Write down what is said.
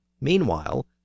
Meanwhile